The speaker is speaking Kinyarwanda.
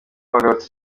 bagarutse